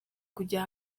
kujya